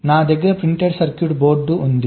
నా దగ్గర printed circuit board ఉంది